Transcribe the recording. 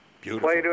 Beautiful